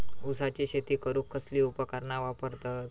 ऊसाची शेती करूक कसली उपकरणा वापरतत?